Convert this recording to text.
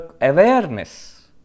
awareness